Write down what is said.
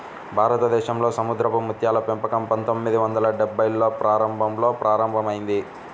భారతదేశంలో సముద్రపు ముత్యాల పెంపకం పందొమ్మిది వందల డెభ్భైల్లో ప్రారంభంలో ప్రారంభమైంది